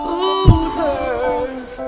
losers